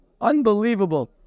Unbelievable